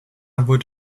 would